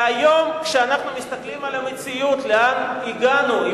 והיום, כשאנחנו מסתכלים על המציאות, לאן הגענו,